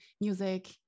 music